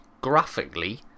graphically